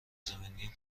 زمینی